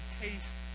taste